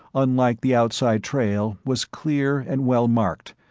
unlike the outside trail, was clear and well-marked,